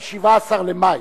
של 17 במאי.